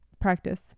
practice